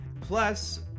Plus